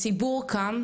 הציבור קם,